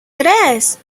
tres